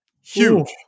huge